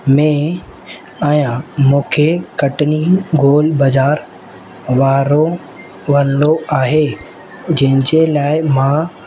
में आहियां मूंखे कटनी गोल बाज़ारि वारो वञिणो आहे जंहिंजे लाइ मां